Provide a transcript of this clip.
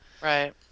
Right